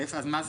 איפה את?